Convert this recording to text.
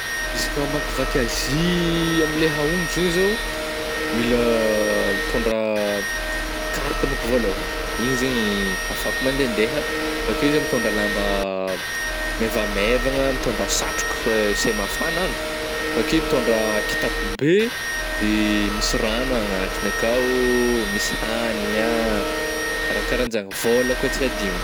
Izy ka amakivaky Azia amin'le ahongotra zegny zao mila mitôndra carte manko voalôhany, igny zegny ahafahako mandendeha avy akeo zah mitôndra lamba maivamaivagna mitôndra satroko fa se mafana andro, avake mitondra kitapo be de misy rano agnatiny akao oh, misy hagnina ah, raha karahan'jany, vôla kô tsy adigno.